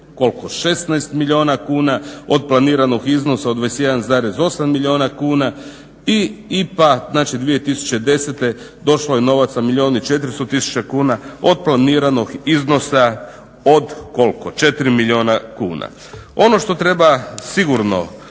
16 milijuna kuna, od planiranog iznosa od 21,8 milijuna kuna i IPA 2010.došlo je novaca milijun 400 tisuća kuna od planiranog iznosa od koliko, 4 milijuna kuna. Ono što treba sigurno